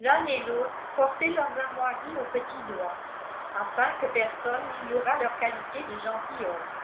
l'un et l'autre portaient leurs armoiries au petit doigt afin que personne n'ignorât leur qualité de gentilshommes